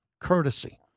Courtesy